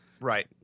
Right